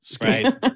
Right